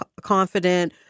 confident